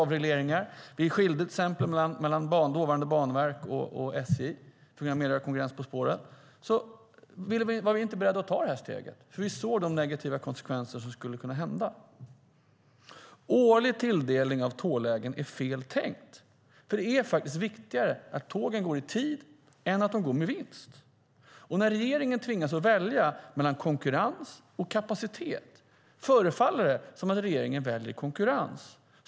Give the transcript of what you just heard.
Vi skilde vi till exempel mellan dåvarande Banverket och SJ för att få mer konkurrens på spåret. Men vi var inte beredda att ta detta steg, eftersom vi såg att det skulle kunna få negativa konsekvenser. Årlig tilldelning av tåglägen är fel tänkt. Det är viktigare att tågen går i tid än att de går med vinst. När regeringen tvingas att välja mellan konkurrens och kapacitet förefaller det som att regeringen väljer konkurrens.